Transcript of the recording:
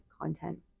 content